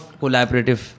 collaborative